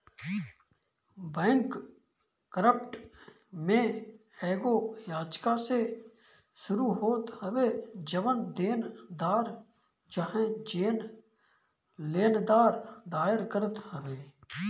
bankrupt में एगो याचिका से शुरू होत हवे जवन देनदार चाहे लेनदार दायर करत हवे